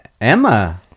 Emma